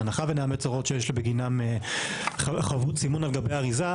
בהנחה ונאמץ הוראות שיש בגינן חבות סימון על גבי אריזה,